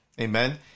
amen